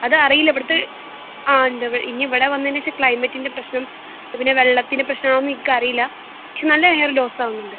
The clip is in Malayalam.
അതറിയില്ല ഇവിടുത്തെ ആ ഉണ്ട് ഇനി ഇവിടെ വന്നതിന് ശേഷം ക്ലൈമറ്റിൻ്റെ പ്രശ്നം പിന്നെ വെള്ളത്തിൻ്റെ പ്രശ്നമാണോ എന്ന് എനിക്കറിയില്ല പക്ഷെ നല്ല ഹെയറ് ലോസ് ആവുന്നുണ്ട്